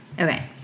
okay